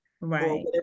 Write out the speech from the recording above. right